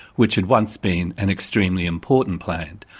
which had once been an extremely important plant,